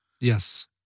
Yes